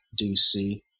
DC